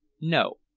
no.